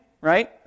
right